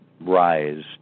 Rise